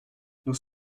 nous